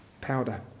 powder